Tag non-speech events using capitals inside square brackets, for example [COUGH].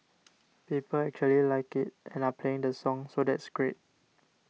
[NOISE] people actually like it and are playing the song so that's great